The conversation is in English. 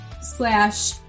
slash